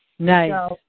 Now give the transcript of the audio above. Nice